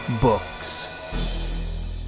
books